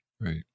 Right